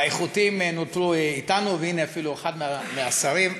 האיכותיים נותרו אתנו, והנה, אפילו אחד מהשרים.